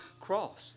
cross